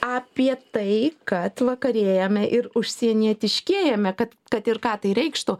apie tai kad vakarėjame ir užsienietiškėjame kad kad ir ką tai reikštų